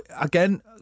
again